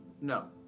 No